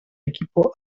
equipo